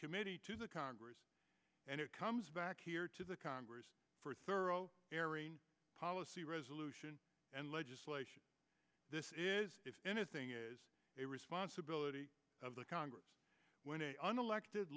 committee to the congress and it comes back here to the congress for thorough policy resolution and legislation this is if anything is a responsibility of the congress when a unelected